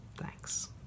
Thanks